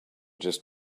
just